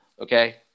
Okay